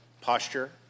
posture